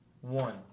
one